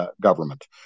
government